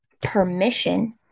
permission